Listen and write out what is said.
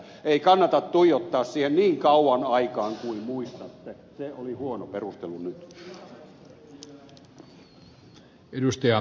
ei kannata tuijottaa siihen niin kauan kuin muistatte aikaan se oli huono perustelu nyt